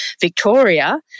Victoria